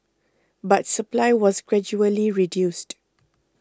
but supply was gradually reduced